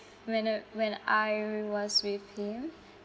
when uh when I was with him